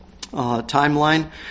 timeline